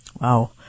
Wow